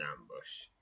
ambush